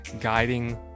guiding